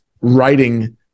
writing